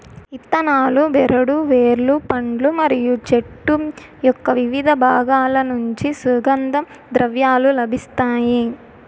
ఇత్తనాలు, బెరడు, వేర్లు, పండ్లు మరియు చెట్టు యొక్కవివిధ బాగాల నుంచి సుగంధ ద్రవ్యాలు లభిస్తాయి